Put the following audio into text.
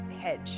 hedge